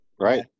right